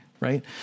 right